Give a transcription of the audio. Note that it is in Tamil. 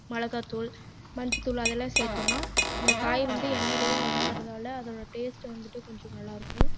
மிளகாத்தூள் மஞ்சத்தூள் அதெல்லாம் சேர்த்தோன்னா அந்த காய் வந்து எண்ணெயிலையே வதங்குகிறதால அதோடி டேஸ்ட்டு வந்துட்டு கொஞ்சம் நல்லாயிருக்கும்